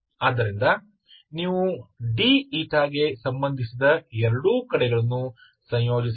ಆದ್ದರಿಂದ ನೀವು d ಗೆ ಸಂಬಂಧಿಸಿ ಎರಡೂ ಕಡೆಗಳನ್ನು ಸಂಯೋಜಿಸಬಹುದು